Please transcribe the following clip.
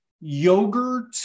yogurt